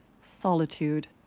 Solitude